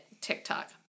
TikTok